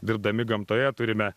dirbdami gamtoje turime